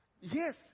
Yes